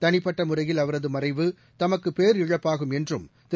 தளிப்பட்ட முறையில் அவரது மறைவு தமக்கு பேரிழப்பாகும் என்றும் திரு